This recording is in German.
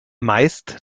meist